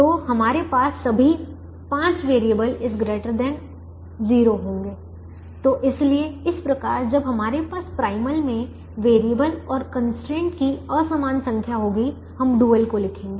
तो हमारे पास सभी 5 वैरिएबल ≥ 0 हैं तो इसलिए इस प्रकार जब हमारे पास प्राइमल में वैरिएबल और कंस्ट्रेंट की असमान संख्या होगी हम डुअल को लिखेंगे